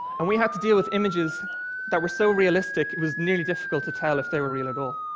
and we had to deal with images that were so realistic it was nearly difficult to tell if they were real at all.